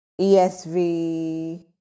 ESV